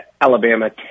Alabama